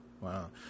Wow